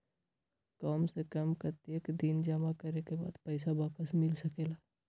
काम से कम कतेक दिन जमा करें के बाद पैसा वापस मिल सकेला?